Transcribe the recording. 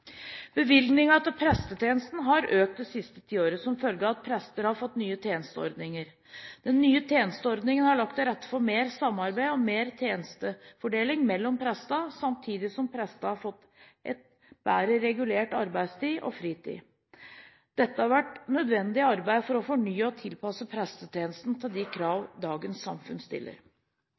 Bevilgningene til prestetjenesten har økt det siste tiåret som følge av at prestene har fått nye tjenesteordninger. De nye tjenesteordningene har lagt til rette for mer samarbeid og bedre tjenestefordeling mellom prestene, samtidig som prestene har fått en bedre regulert arbeidstid og fritid. Dette har vært et nødvendig arbeid for å fornye og tilpasse prestetjenesten til de krav dagens samfunn stiller.